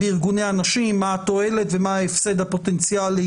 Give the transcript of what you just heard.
בארגוני הנשים לגבי מה התועלת ומה ההפסד הפוטנציאלי